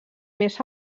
més